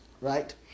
right